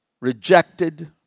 rejected